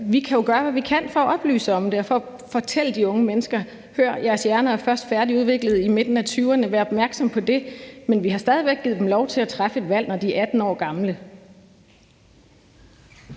vi kan jo gøre, hvad vi kan, for at oplyse om det og fortælle de unge mennesker: Hør her, jeres hjerner er først færdigudviklede i midten af tyverne, så vær opmærksom på det. Men vi har stadig væk givet dem lov til at træffe et valg, når de er 18 år gamle.